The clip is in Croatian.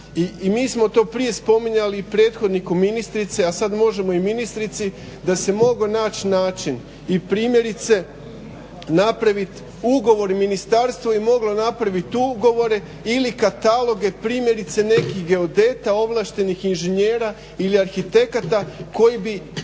I mi smo to prije spominjali i prethodniku ministrice, a sad možemo i ministrici da se mogao naći način i primjerice napravit ugovor. Ministarstvo je moglo napravit ugovore ili kataloge primjerice nekih geodeta, ovlaštenih inženjera ili arhitekata koji bi